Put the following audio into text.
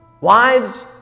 wives